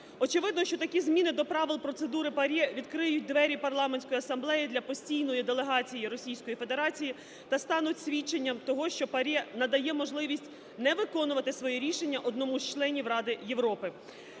Очевидно, що такі зміни до правил процедури ПАРЄ відкриють двері Парламентської Асамблеї для постійної делегації Російської Федерації та стануть свідченням того, що ПАРЄ надає можливість не виконувати свої рішення одному з членів Ради Європи.